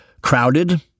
crowded